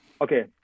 Okay